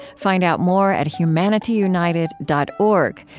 find out more at humanityunited dot org,